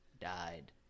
died